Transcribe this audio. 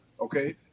okay